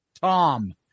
Tom